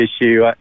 issue